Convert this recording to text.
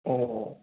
ꯑꯣ